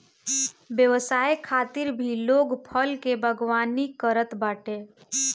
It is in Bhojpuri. व्यवसाय खातिर भी लोग फल के बागवानी करत बाटे